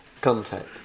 contact